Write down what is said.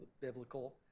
biblical